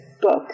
Book